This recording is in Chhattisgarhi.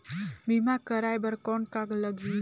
बीमा कराय बर कौन का लगही?